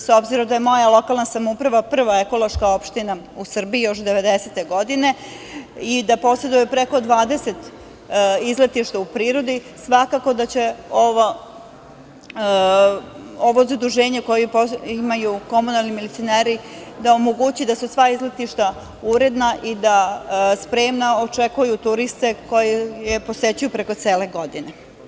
S obzirom da je moja lokalna samouprava prva ekološka opština u Srbiji još od devedesete godine i da poseduje preko 20 izletišta u prirodi, svakako da će ovo zaduženje koje imaju komunalni milicioneri da omogući da su sva izletišta uredna i da spremna očekuju turiste koji je posećuju preko cele godine.